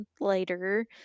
later